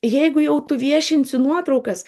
jeigu jau tu viešinsi nuotraukas